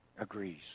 agrees